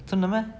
真的 meh